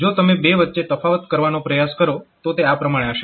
જો તમે બે વચ્ચે તફાવત કરવાનો પ્રયાસ કરો તો તે આ પ્રમાણે હશે